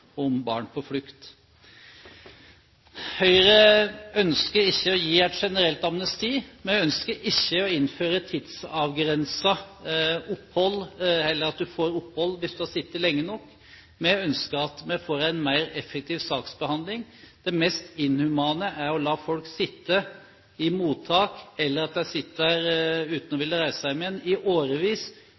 om barn på flukt. Høyre ønsker ikke å gi et generelt amnesti, vi ønsker ikke å innføre et tidsavgrenset opphold, eller at du får opphold hvis du har sittet lenge nok. Vi ønsker at vi får en mer effektiv saksbehandling. Det mest inhumane er å la folk sitte i mottak, eller at de sitter uten å ville reise hjem igjen i årevis,